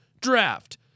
draft